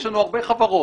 יש לנו הרבה חברות.